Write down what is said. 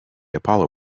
apollo